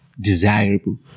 desirable